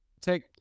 take